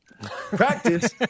practice